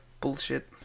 bullshit